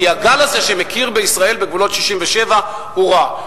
כי הגל הזה שמכיר בפלסטין בגבולות 67' הוא רע.